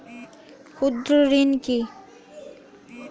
ক্ষুদ্র ঋণ কি?